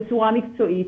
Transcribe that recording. בצורה מקצועית,